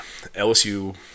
LSU